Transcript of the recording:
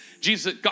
Jesus